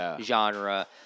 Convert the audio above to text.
genre